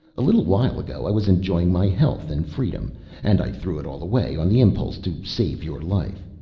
a little while ago i was enjoying my health and freedom and i threw it all away on the impulse to save your life.